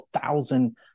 thousand